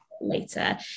later